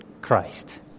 Christ